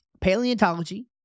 paleontology